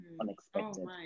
unexpected